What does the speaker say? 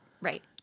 Right